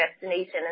destination